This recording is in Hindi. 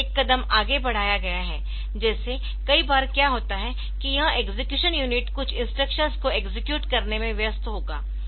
यहां एक कदम आगे बढ़ाया गया है जैसे कई बार क्या होता है कि यह एक्सेक्यूशन यूनिट कुछ इंस्ट्रक्शंस को एक्सेक्यूट करने में व्यस्त होगा